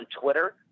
Twitter